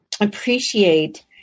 appreciate